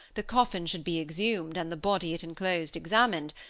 the coffin should be exhumed, and the body it enclosed examined,